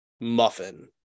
muffin